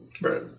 Right